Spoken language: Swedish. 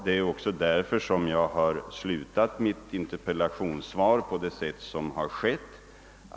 Det är också därför jag avslutat mitt interpellationssvar på sätt som skett.